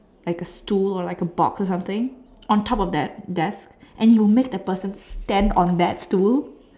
like a stool or like a box or something on top of that desk and he would make that person stand on that stool